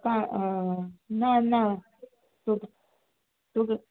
आं ना ना तुका तुका